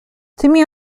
tymi